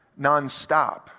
nonstop